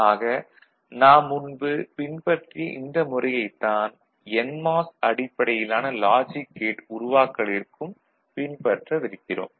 ஆக நாம் முன்பு பின்பற்றிய இந்த முறையைத் தான் என்மாஸ் அடிப்படையிலான லாஜிக் கேட் உருவாக்கலிற்கும் பின்பற்றவிருக்கிறோம்